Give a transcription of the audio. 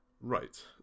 Right